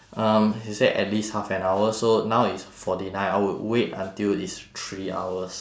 um he said at least half an hour so now is forty nine I would wait until it's three hours